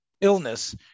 illness